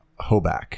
Hoback